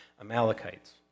Amalekites